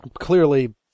clearly